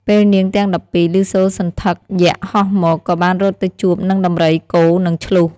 ពេលនាងទាំង១២ លឺសូរសន្ធឹកយក្សហោះមក ក៏បានរត់ទៅជួបនឹងដំរី គោ និងឈ្លូស។